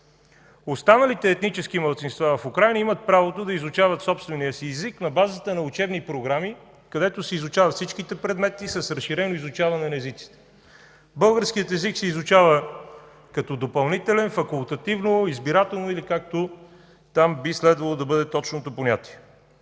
Останалите етнически малцинства в Украйна имат правото да изучават собствения си език на базата на учебни програми, където се изучават всичките предмети с разширено изучаване на езици. Българският език се изучава като допълнителен, факултативно, избирателно или както би следвало да бъде точното понятие.